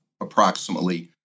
approximately